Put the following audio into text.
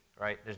right